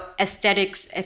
aesthetics